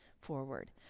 forward